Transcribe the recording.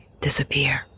disappear